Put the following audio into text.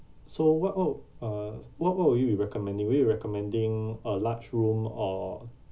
so what what uh what what would you be recommending would you be recommending a large room or